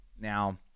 Now